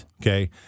Okay